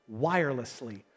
wirelessly